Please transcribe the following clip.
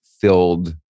filled